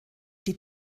die